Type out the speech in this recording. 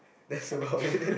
that's about it